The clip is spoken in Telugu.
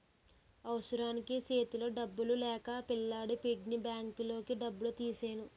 అవసరానికి సేతిలో డబ్బులు లేక పిల్లాడి పిగ్గీ బ్యాంకులోని డబ్బులు తీసెను